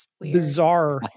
bizarre